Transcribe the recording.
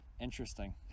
Interesting